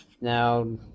now